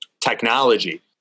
technology